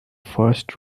first